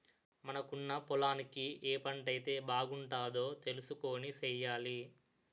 మనకున్న పొలానికి ఏ పంటైతే బాగుంటదో తెలుసుకొని సెయ్యాలి